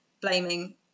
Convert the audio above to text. blaming